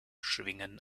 schwingen